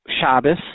Shabbos